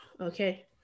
Okay